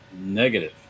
Negative